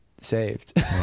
saved